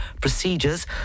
procedures